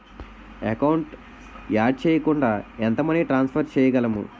Account add చేయకుండా ఎంత money transfer చేయగలము?